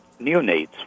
neonates